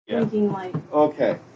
Okay